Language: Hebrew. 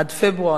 עד פברואר,